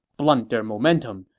blunt their momentum,